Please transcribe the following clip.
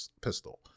pistol